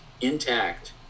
intact